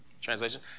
Translation